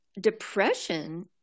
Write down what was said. Depression